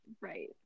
right